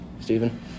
Stephen